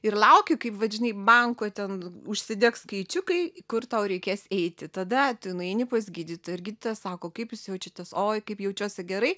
ir lauki kaip vat žinai banko ten užsidegs skaičiukai kur tau reikės eiti tada nueini pas gydytoją irgi sako kaip jūs jaučiatės oi kaip jaučiuosi gerai